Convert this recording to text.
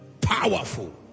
Powerful